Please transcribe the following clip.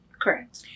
Correct